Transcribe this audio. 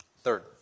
Third